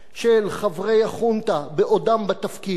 של חברי החונטה בעודם בתפקיד,